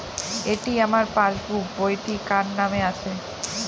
এটি আমার পাসবুক বইটি কার নামে আছে?